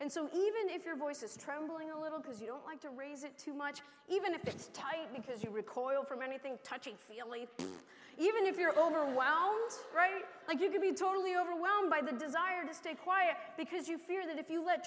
and so even if your voice is trembling a little because you don't like to raise it too much even if it's tight because you recall oil from anything touchy feely even if you're overwhelmed right now you can be totally overwhelmed by the desire to stay quiet because you fear that if you let